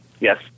yes